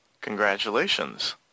Congratulations